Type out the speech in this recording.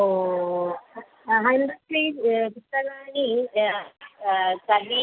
ओ hundred पुस्तकानां कति